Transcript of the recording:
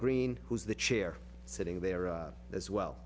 green who's the chair sitting there as well